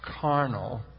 carnal